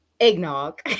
eggnog